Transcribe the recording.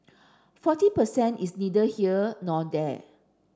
forty per cent is neither here nor there